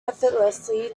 effortlessly